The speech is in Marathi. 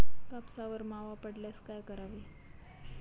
कापसावर मावा पडल्यास काय करावे?